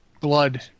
blood